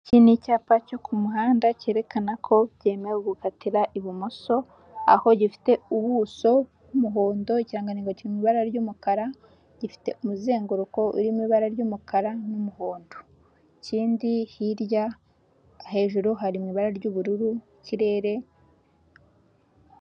Iki ni icyapa cyo ku muhanda cyerekana ko byemewe gukatira ibumoso, aho gifite ubuso bw'umuhondo ikirangantego kiri mu ibara ry'umukara, gifite umuzenguruko urimo ibara ry'umukara n'umuhondo, hirya hejuru hari ibara ry'ubururu; ikirere.